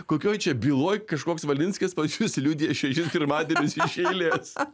kokioj čia byloj kažkoks valinskis pas jus liudija šešis pirmadienius iš eilės